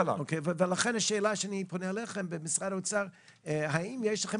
לכן השאלה שלי למשרד האוצר היא האם יש לכם